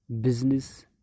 business